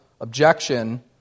objection